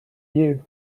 you